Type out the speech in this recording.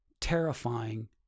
terrifying